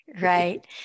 right